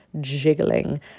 jiggling